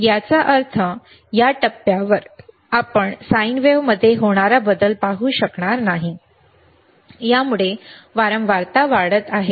याचा अर्थ या टप्प्यावर आपण साइन वेव्हमध्ये होणारा बदल पाहू शकणार नाही यामुळे वारंवारता वाढत आहे